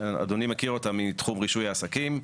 אדוני מכיר אותה מתחום רישוי העסקים,